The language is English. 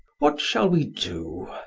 what shall we do?